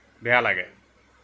বেয়া লাগে